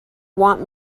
want